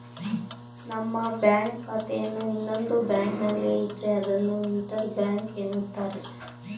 ನಮ್ಮ ಬ್ಯಾಂಕ್ ಖಾತೆಯನ್ನು ಇನ್ನೊಂದು ಬ್ಯಾಂಕ್ನಲ್ಲಿ ಇದ್ರೆ ಅದನ್ನು ಇಂಟರ್ ಬ್ಯಾಂಕ್ ಎನ್ನುತ್ತಾರೆ